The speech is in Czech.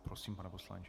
Prosím, pane poslanče.